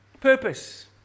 Purpose